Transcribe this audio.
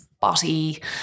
body